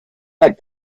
like